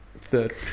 Third